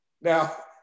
now